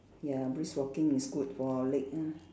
ya brisk walking is good for our leg ah